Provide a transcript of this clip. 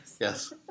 yes